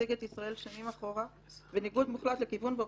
שישיג את ישראל שנים אחורה בניגוד מוחלט לכיוון בו